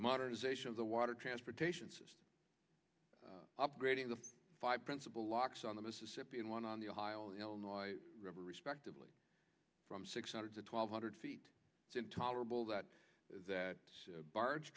modernization of the water transportation system upgrading the five principal locks on the mississippi and one on the ohio river respectively from six hundred to twelve hundred feet intolerable that that barge